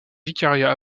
vicariat